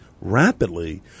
rapidly